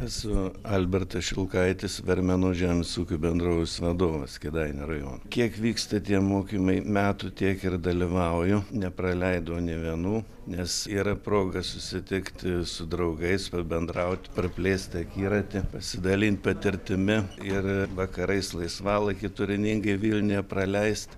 esu albertas šilkaitis vermenų žemės ūkio bendrovės vadovas kėdainių rajono kiek vyksta tie mokymai metų tiek ir dalyvauju nepraleidu nė vienų nes yra proga susitikti su draugais pabendrauti praplėsti akiratį pasidalint patirtimi ir vakarais laisvalaikį turiningai vilniuje praleist